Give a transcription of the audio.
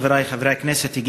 חברי חברי הכנסת,